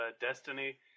Destiny